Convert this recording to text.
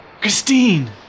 Christine